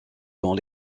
dans